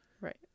Right